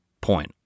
point